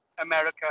america